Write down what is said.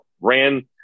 ran